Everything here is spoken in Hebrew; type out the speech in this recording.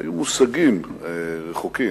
אלה מושגים רחוקים.